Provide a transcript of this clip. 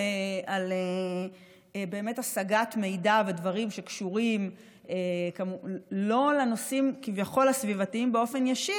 על השגת מידע ודברים שקשורים לא לנושאים כביכול הסביבתיים באופן ישיר.